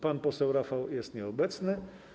Pan poseł Rafał jest nieobecny.